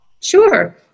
Sure